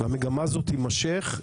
והמגמה הזאת תימשך.